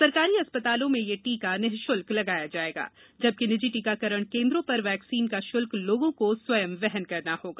सरकारी अस्पतालों में यह टीका निःशुल्क लगाया जाएगा जबकि निजी टीकाकरण केन्द्रों पर वैक्सीन का शुल्क लोगों को स्वयं वहन करना होगा